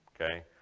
okay